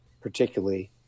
particularly